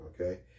Okay